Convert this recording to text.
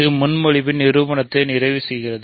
இது முன்மொழிவின் நிரூபனத்தை நிறைவு செய்கிறது